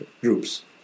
groups